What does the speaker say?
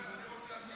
אני רוצה אחריו.